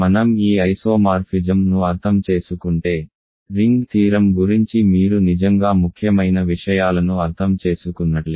మనం ఈ ఐసోమార్ఫిజమ్ను అర్థం చేసుకుంటే రింగ్ థీరం గురించి మీరు నిజంగా ముఖ్యమైన విషయాలను అర్థం చేసుకున్నట్లే